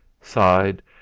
sighed